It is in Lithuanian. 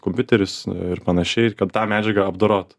kompiuteris ir panašiai ir kad tą medžiagą apdorot